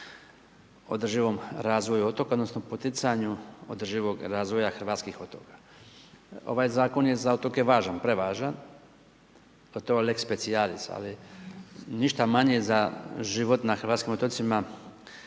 održivom razvoju otoka odnosno poticanju održivog razvoja hrvatskih otoka. Ovaj zakon je za otoke važan, prevažan, a to je lex specialis ali ništa manje za život na hrvatskim otocima